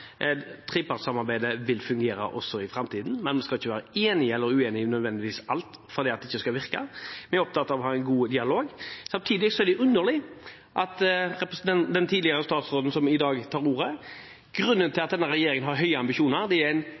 Trepartssamarbeidet vil fungere også i framtiden, men vi skal ikke være enige eller uenige i nødvendigvis alt for at det skal virke eller ikke virke. Vi er opptatt av å ha en god dialog. Samtidig er det underlig det den tidligere statsråden sier i dag når hun tar ordet. Grunnen til at denne regjeringen har høye ambisjoner, er det